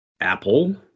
Apple